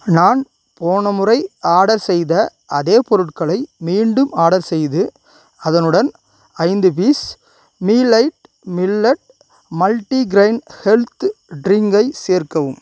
நான் போன முறை ஆடர் செய்த அதே பொருட்களை மீண்டும் ஆடர் செய்து அதனுடன் ஐந்து பீஸ் மீலைட் மில்லட் மல்ட்டிக்ரெயின் ஹெல்த் ட்ரிங்கை சேர்க்கவும்